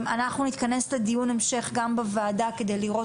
אנחנו נתכנס לדיון המשך גם בוועדה כדי לראות